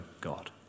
God